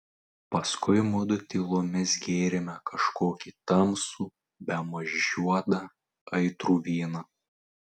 paskui mudu tylomis gėrėme kažkokį tamsų bemaž juodą aitrų vyną